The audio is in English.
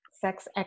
sex